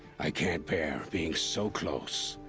i can't bear, being so close.